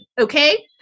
okay